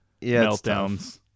Meltdowns